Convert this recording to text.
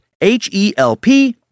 H-E-L-P